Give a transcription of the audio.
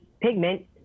pigment